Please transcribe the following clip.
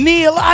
Neil